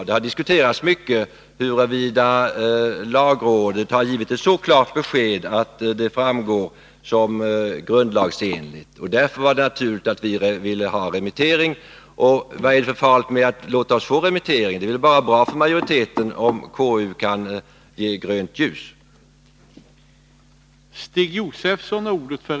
Det har diskuterats mycket huruvida lagrådet har givit ett så klart besked att förslaget framstår som grundlagsenligt. Därför var det naturligt att vi ville ha remittering. Och vad är det för farligt med att låta oss få remittering? Det är väl bara bra för majoriteten om konstitutionsutskottet kan ge grönt ljus.